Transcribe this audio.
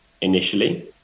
initially